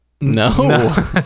No